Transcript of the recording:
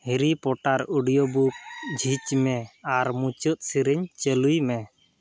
Harry Potter audiobook ᱡᱷᱤᱡᱽ ᱢᱮ ᱟᱨ ᱢᱩᱪᱟᱹᱫ ᱥᱮᱨᱮᱧ ᱪᱟᱹᱞᱩᱭ ᱢᱮ